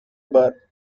bar